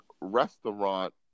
restaurant